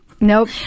Nope